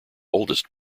oldest